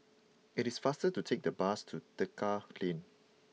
it is faster to take the bus to Tekka Lane